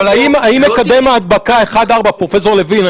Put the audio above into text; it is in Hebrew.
אבל האם מקדם הדבקה 1.4 פרופ' לוין,